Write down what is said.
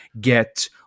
get